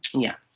yeah.